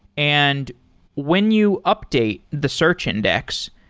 and when you update the search index,